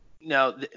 Now